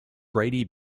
brady